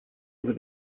über